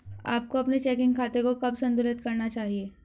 आपको अपने चेकिंग खाते को कब संतुलित करना चाहिए?